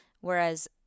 Whereas